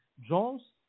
Jones